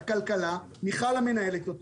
משרד הכלכלה מיכל היא המנהלת של